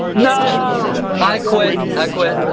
no, i quit, i quit.